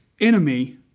enemy